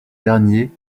dernier